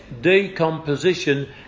decomposition